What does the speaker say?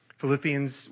Philippians